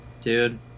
Dude